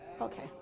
Okay